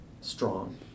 strong